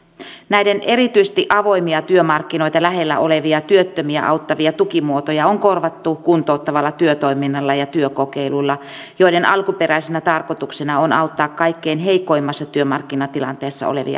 näitä erityisesti avoimia työmarkkinoita lähellä olevia työttömiä auttavia tukimuotoja on korvattu kuntouttavalla työtoiminnalla ja työkokeiluilla joiden alkuperäisenä tarkoituksena on auttaa kaikkein heikoimmassa työmarkkinatilanteessa olevia henkilöitä